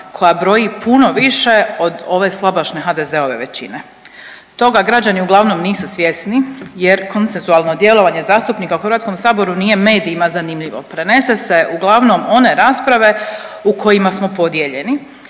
koja broji puno više od ove slabašne HDZ-ove većine. Toga građani uglavnom nisu svjesni jer konsensualno djelovanje zastupnika u HS-u nije medijima zanimljivo. Prenese se uglavnom one rasprave u kojima smo podijeljeni,